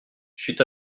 fut